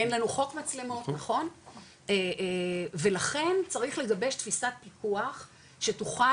אין לנו חוק מצלמות ולכן צריך לגבש תפיסת פיקוח שתוכל